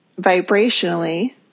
vibrationally